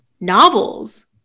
novels